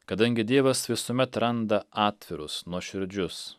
kadangi dievas visuomet randa atvirus nuoširdžius